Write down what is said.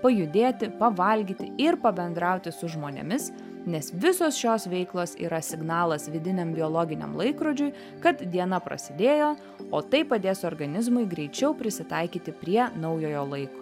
pajudėti pavalgyti ir pabendrauti su žmonėmis nes visos šios veiklos yra signalas vidiniam biologiniam laikrodžiui kad diena prasidėjo o tai padės organizmui greičiau prisitaikyti prie naujojo laiko